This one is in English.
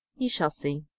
ye shall see!